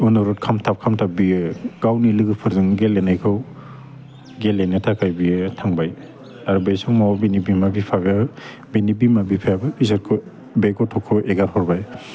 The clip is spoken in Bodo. अनुरुद खालामथाब खालामथाब बियो गावनि लोगोफोरजों गेलेनायखौ गेलेनो थाखाय बेयो थांबाय आरो बे समाव बिनि बिमा बिफाखो बिनि बिमा बिफायाबो बिसोरखौ बे गथ'खौ एगार हरबाय